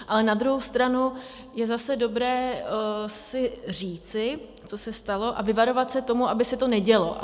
Ale na druhou stranu je zase dobré si říci, co se stalo, a vyvarovat se toho, aby se to nedělo.